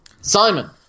Simon